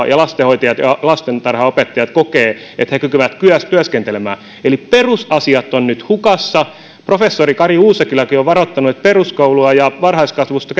ja lastenhoitajat ja lastentarhanopettajat kokevat että he kykenevät työskentelemään eli perusasiat ovat nyt hukassa professori kari uusikyläkin on varoittanut että peruskoulua ja varhaiskasvatusta